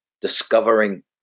discovering